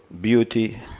beauty